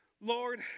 Lord